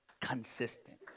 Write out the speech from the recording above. consistent